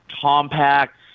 compact